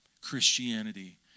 Christianity